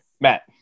Matt